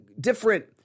different